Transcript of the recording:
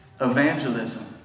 Evangelism